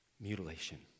Mutilation